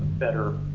better